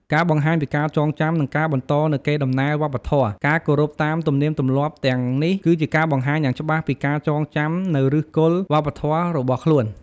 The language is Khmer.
ការបង្ហាញពីការចងចាំ និងការបន្តនូវកេរដំណែលវប្បធម៌ ការគោរពតាមទំនៀមទម្លាប់ទាំងនេះ គឺជាការបង្ហាញយ៉ាងច្បាស់ពីការចងចាំនូវឫសគល់វប្បធម៌របស់ខ្លួន។